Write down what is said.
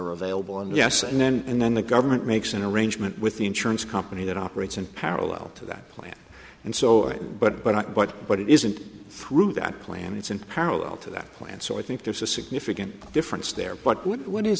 are available and yes and then and then the government makes an arrangement with the insurance company that operates in parallel to that plan and so but but but but it isn't through that plan it's in parallel to that plan so i think there's a significant difference there but with what is